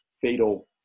fatal